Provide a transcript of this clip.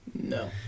No